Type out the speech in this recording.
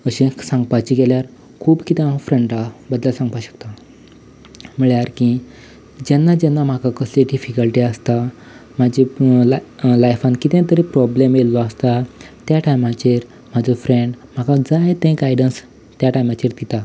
अशेंच सांगपाक गेल्यार खूब कितें हांव फ्रँडा बद्दल सांगपा शकता म्हळ्यार की जेन्ना जेन्ना म्हाका कसली डिफिकल्टी आसता म्हजी ला लायफान कितें तरी प्रॉब्लम आयिल्लो आसता त्या टायमाचेर म्हाजो फ्रँड म्हाका जाय तें गायडन्स त्या टायमाचेर दिता